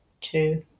two